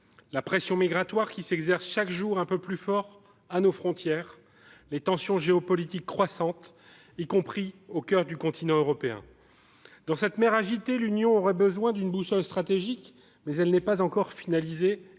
la pression migratoire, qui s'exerce chaque jour un peu plus fortement à nos frontières, les tensions géopolitiques croissantes, y compris au coeur du continent européen. Dans cette mer agitée, l'Union aurait grand besoin d'une boussole stratégique, mais celle-ci n'est pas encore finalisée,